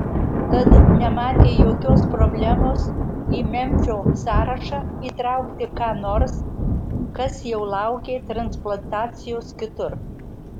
tad nematė jokios problemos į memfio sąrašą įtraukti ką nors kas jau laukė transplantacijos kitur